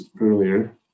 earlier